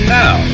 now